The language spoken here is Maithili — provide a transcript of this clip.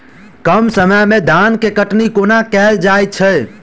कम समय मे धान केँ कटनी कोना कैल जाय छै?